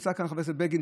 נמצא כאן חבר הכנסת בגין,